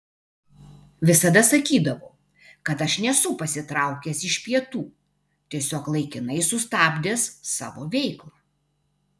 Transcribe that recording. visada sakydavau kad aš nesu pasitraukęs iš pietų tiesiog laikinai sustabdęs savo veiklą